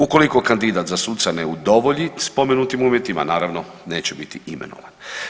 Ukoliko kandidat za suca ne udovolji spomenutim uvjetima naravno neće biti imenovan.